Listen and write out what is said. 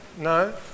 no